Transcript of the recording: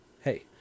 hey